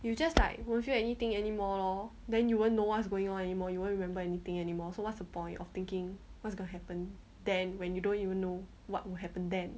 you just like won't feel anything anymore lor then you won't know what's going on anymore you won't remember anything anymore so what's the point of thinking what's gonna happen then when you don't even know what will happen then